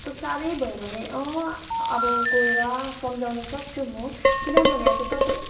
साह्रै भयो भने अब गएर सम्झाउनु सक्छु म किनभने अब तपाईँ